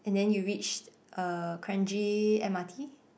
and then you reached uh Kranji M_R_T